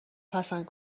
پسند